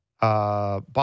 Bob